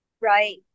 right